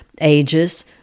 ages